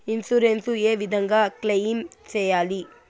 Insurance ఏ విధంగా claim సేయాలి?